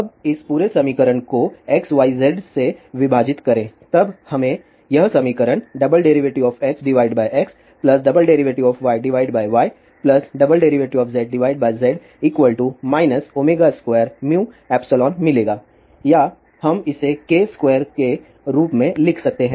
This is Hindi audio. अब इस पूरे समीकरण को XYZ से विभाजित करें तब हमें यह समीकरण XXYYZZ 2μϵ मिलेगा या हम इसे k2 के रूप में लिख सकते हैं